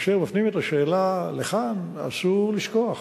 כאשר מפנים את השאלה לכאן, אסור לשכוח,